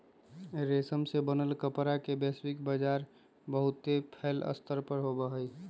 रेशम से बनल कपड़ा के वैश्विक व्यापार बहुत फैल्ल स्तर पर होबा हई